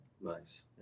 nice